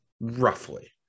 Roughly